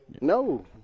No